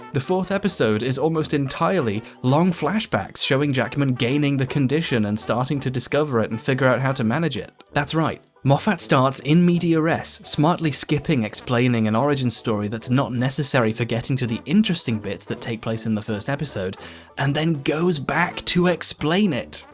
the fourth episode is almost entirely long flashbacks showing jackman gaining the condition and starting to discover it and figure out how to manage it. that's right, moffat starts, in media res, smartly skipping explaining an origin story, that's not necessary for getting to the interesting bits that take place in the first episode and then goes back to explain it.